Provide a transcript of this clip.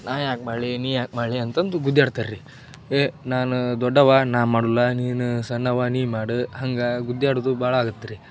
ನಾನು ಯಾಕೆ ಮಾಡಲಿ ನೀ ಯಾಕೆ ಮಾಡಲಿ ಅಂತಂದು ಗುದ್ದಾಡ್ತಾರ್ ರೀ ಏಯ್ ನಾನೇ ದೊಡ್ಡವ ನಾನು ಮಾಡಲ್ಲ ನೀನು ಸಣ್ಣವ ನೀ ಮಾಡು ಹಂಗೆ ಗುದ್ದಾಡುದು ಭಾಳ ಆಗತ್ತೆ ರೀ